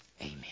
Amen